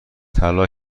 طلا